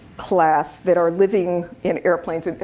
class that are living in airplanes.